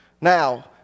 Now